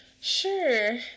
Sure